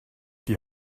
die